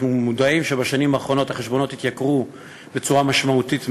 אנחנו מודעים לכך שבשנים האחרונות החשבונות גדלו במידה משמעותית מאוד.